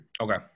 Okay